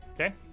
Okay